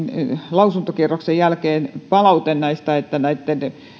lausuntokierroksen jälkeen palaute näitten